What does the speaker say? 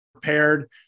prepared